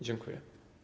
Dziękuję.